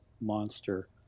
monster